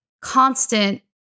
constant